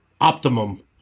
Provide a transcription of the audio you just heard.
optimum